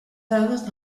dades